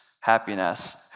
happiness